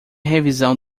revisão